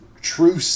true